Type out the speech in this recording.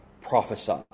prophesy